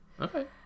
Okay